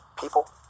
people